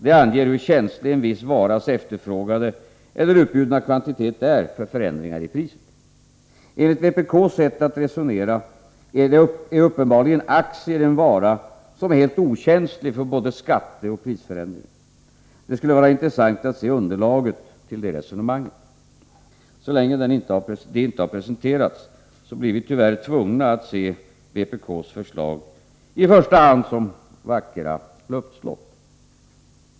Det anger hur känslig en viss varas efterfrågade eller utbjudna kvantitet är för förändringar i priset. Enligt vpk:s sätt att resonera är uppenbarligen aktier en vara som är helt okänslig för både skatteoch prisförändringar. Det skulle vara intressant att se underlaget till det resonemanget. Så länge det ej har presenterats, blir vi tyvärr tvungna att se vpk:s förslag i första hand som vackra luftslott.